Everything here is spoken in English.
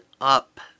up